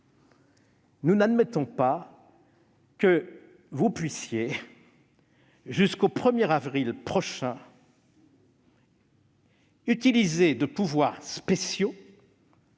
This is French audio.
Nous n'admettons pas que vous puissiez, jusqu'au 1 avril prochain, user de pouvoirs spéciaux